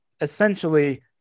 essentially